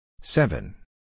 Seven